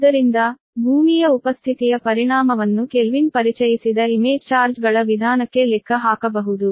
ಆದ್ದರಿಂದ ಅರ್ಥ್ ನ ಉಪಸ್ಥಿತಿಯ ಪರಿಣಾಮವನ್ನು ಕೆಲ್ವಿನ್ ಪರಿಚಯಿಸಿದ ಇಮೇಜ್ ಚಾರ್ಜ್ ಗಳ ವಿಧಾನಕ್ಕೆ ಲೆಕ್ಕ ಹಾಕಬಹುದು